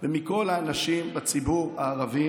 ומכל האנשים בציבור הערבי